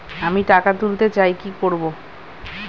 আমি টাকা তুলতে চাই কি করব?